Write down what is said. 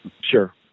sure